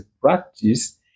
practice